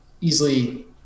easily